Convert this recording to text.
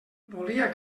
volia